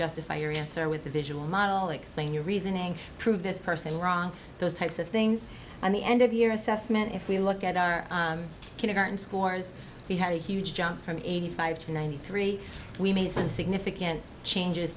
justify your answer with the visual model explain your reasoning prove this person wrong those types of things and the end of year assessment if we look at our current scores we had a huge jump from eighty five to ninety three we made some significant changes